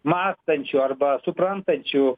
mąstančių arba suprantančių